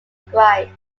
inscribed